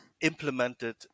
implemented